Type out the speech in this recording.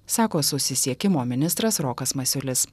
sako susisiekimo ministras rokas masiulis